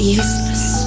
useless